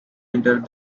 entered